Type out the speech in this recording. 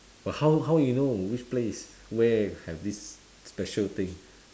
but how how you know which place where have this special thing